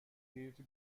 fehlte